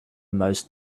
most